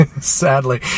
sadly